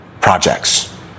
projects